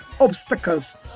obstacles